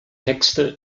texte